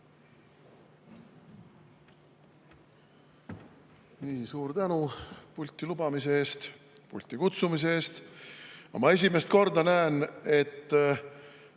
Suur tänu pulti lubamise eest, pulti kutsumise eest! Ma esimest korda näen, et